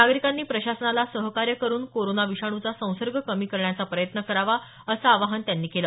नागरीकांनी प्रशासनाला सहकार्य करुन कोरोना विषाणूचा संसर्ग कमी करण्याचा प्रयत्न करावा असं आवाहन त्यांनी केलं